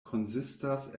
konsistas